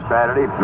Saturday